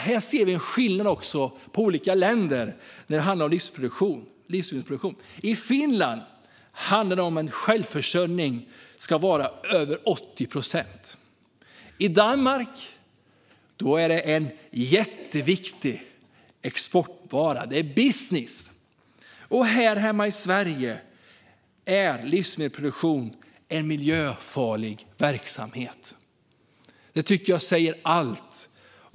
Här ser vi en skillnad på hur olika länder ser på livsmedelsproduktion. I Finland handlar det om att självförsörjningen ska vara över 80 procent. I Danmark är det en jätteviktig exportvara - det är business. Och här hemma i Sverige är livsmedelsproduktion en miljöfarlig verksamhet. Det tycker jag säger allt.